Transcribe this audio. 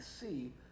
see